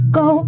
go